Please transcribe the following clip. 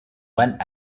went